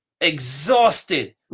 exhausted